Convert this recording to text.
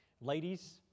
ladies